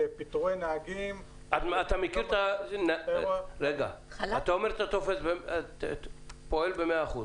אתה אומר שאתה פועל ב-100 אחוזים.